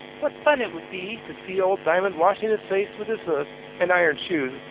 what fun it would be to see old diamond washing his face with his hoofs and iron shoes!